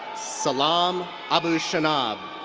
sallam abushanab.